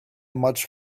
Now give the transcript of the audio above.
much